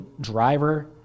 driver